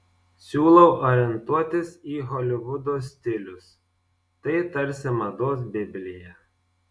siūlau orientuotis į holivudo stilius tai tarsi mados biblija